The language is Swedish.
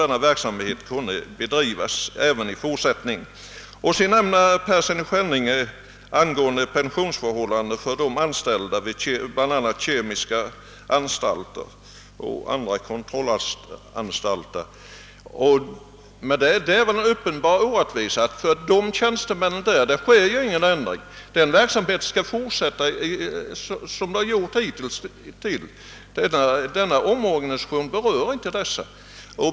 denna verksamhet kan bedrivas även i fortsättningen genom sällskapens försorg. Det är väl en uppenbar orättvisa, herr Persson i Skänninge, att det för de anställda vid bl.a. kemiska anstalter och andra kontrollanstalter blir inskränkta pensionsförmåner, fastän det i övrigt inte blir någon ändring; verksamheten där skall fortsätta som hittills. Omorganisationen berör inte dem.